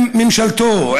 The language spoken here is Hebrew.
עם ממשלתו,